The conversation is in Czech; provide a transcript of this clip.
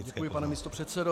Děkuji, pane místopředsedo.